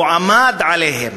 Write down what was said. הוא עמד עליהן.